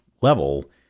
level